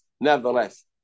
Nevertheless